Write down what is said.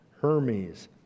Hermes